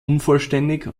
unvollständig